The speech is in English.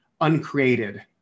uncreated